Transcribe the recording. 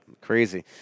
crazy